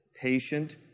patient